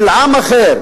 של עם אחר,